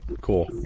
Cool